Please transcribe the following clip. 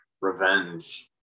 revenge